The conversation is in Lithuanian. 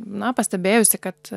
na pastebėjusi kad